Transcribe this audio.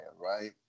right